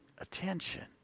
attention